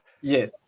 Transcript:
Yes